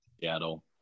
Seattle